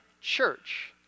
church